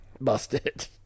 Busted